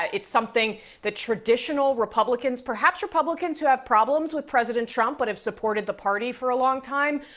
ah its something the traditional republicans, perhaps republicans who have problems with president trump, but have supported the party for a long time,